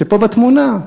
שפה בתמונה?